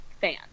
fan